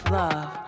love